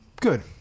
good